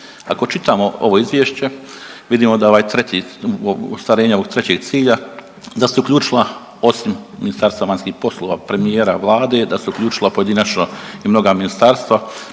Ako čitamo ovo izvješće vidimo da ovaj treći, ostvarenje ovog trećeg cilja da se uključila osim Ministarstva vanjskih poslova, premijera, vlade da su se uključila pojedinačno i mnoga ministarstva